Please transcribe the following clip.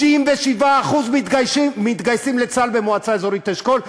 97% מתגייסים לצה"ל במועצה אזורית אשכול.